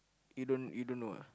you don't you don't know ah